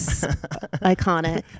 Iconic